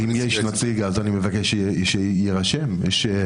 אם יש נציג, אני מבקש שתירשם הצעתי.